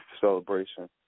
celebration